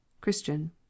Christian